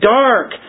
dark